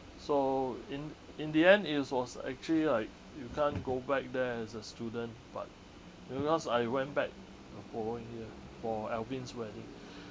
so in in the end is was actually like you can't go back there as a student but and because I went back over here for alvin's wedding